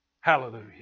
hallelujah